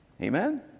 amen